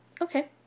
Okay